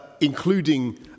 including